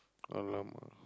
!alamak!